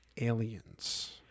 aliens